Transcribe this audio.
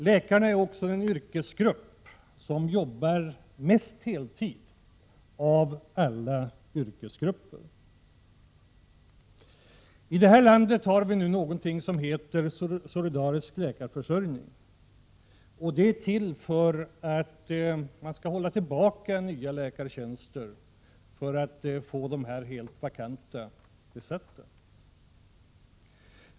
Läkarna är också den yrkesgrupp som jobbar mest heltid av alla yrkesgrupper. I vårt land har vi någonting som heter solidarisk läkarförsörjning. Den är till för att hålla tillbaka nya läkartjänster för att få de helt vakanta tjänsterna besatta.